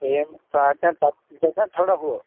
ترٛیٚیِم پاٹنر گژھِ نہ تھوڑا ہُہ